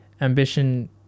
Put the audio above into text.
ambition